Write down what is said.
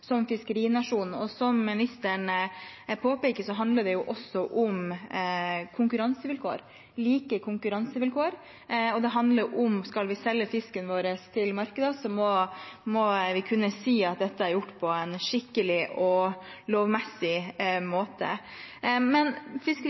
som fiskerinasjon. Som ministeren påpeker, handler det også om konkurransevilkår, like konkurransevilkår, og det handler om at skal vi selge fisken vår til markeder, må vi kunne si at dette er gjort på en skikkelig og lovmessig måte.